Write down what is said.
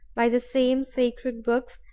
by the same sacred books,